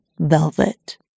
Velvet